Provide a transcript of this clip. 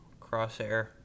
Crosshair